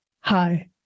Hi